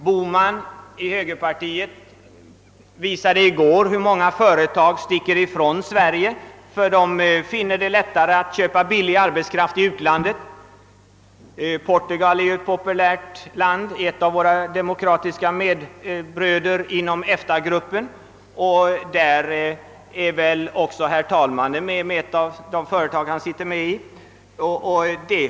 Herr Bohman visade i går hur många företag som ger sig i väg från Sverige därför att det är lättare att köpa billig arbetskraft i utlandet — Portugal är ju ett populärt land och en av våra demokratiska bröder inom EFTA-gruppen. Ett av de företag i vilka tjänstgörande talmannen sitter med i styrelsen har väl etablerat sig där.